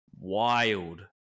wild